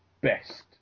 best